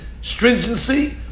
stringency